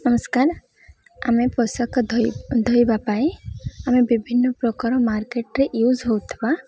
ନମସ୍କାର ଆମେ ପୋଷାକ ଧୋଇ ଧୋଇବା ପାଇଁ ଆମେ ବିଭିନ୍ନ ପ୍ରକାର ମାର୍କେଟ୍ରେ ୟୁଜ୍ ହେଉଥିବା